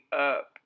up